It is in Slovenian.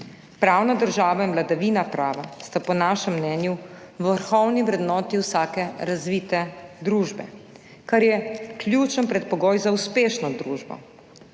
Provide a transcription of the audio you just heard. Pravna država in vladavina prava sta po našem mnenju vrhovni vrednoti vsake razvite družbe, kar je ključen predpogoj za uspešno družbo,